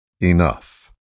Enough